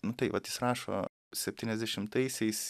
nu tai vat jis rašo septyniasdešimtaisiais